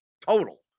total